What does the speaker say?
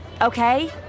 Okay